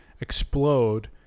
explode